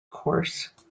course